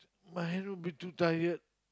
my hand will be too tired